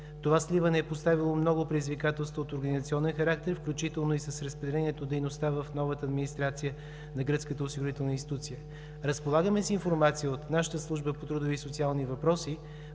Това сливане е поставило много предизвикателства от организационен характер, включително и с разпределението дейността в новата администрация на гръцката осигурителна институция. Разполагаме с информация от нашата Служба по трудови и социални въпроси